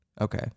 Okay